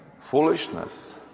foolishness